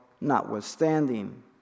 notwithstanding